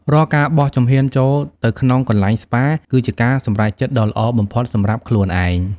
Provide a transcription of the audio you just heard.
រាល់ការបោះជំហានចូលទៅក្នុងកន្លែងស្ប៉ា គឺជាការសម្រេចចិត្តដ៏ល្អបំផុតសម្រាប់ខ្លួនឯង។